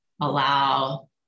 allow